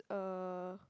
uh